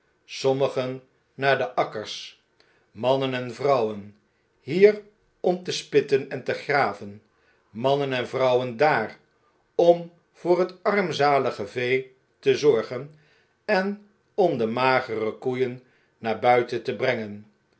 sommigen naar de akkers mannen en vrouwen hier om te spitten en te graven mannen en vrouwen daar om voor het armzalige vee te zorgen en om de magere koeien naarbuitente brengen